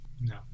No